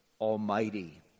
Almighty